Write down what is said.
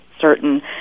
certain